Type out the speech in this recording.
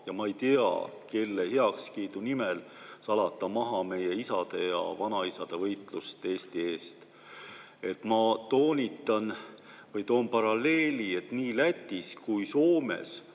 ma ei tea, kelle heakskiidu nimel salata maha meie isade ja vanaisade võitlust Eesti eest. Ma toon paralleeli, et nii Lätis kui ka Soomes